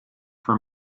for